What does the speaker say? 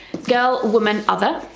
girl, woman, other.